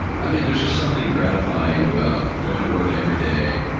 i mean there's just something gratifying about going to work every day,